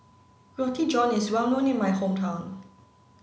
Roti John is well known in my hometown